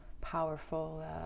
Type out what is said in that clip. powerful